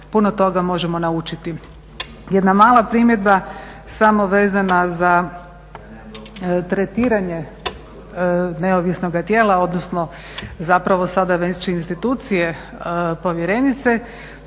puno toga možemo naučiti. Jedna mala primjedba samo vezana za tretiranje neovisnoga tijela, odnosno zapravo sada već institucije povjerenice.